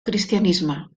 cristianisme